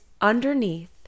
underneath